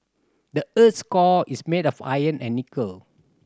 the earth's core is made of iron and nickel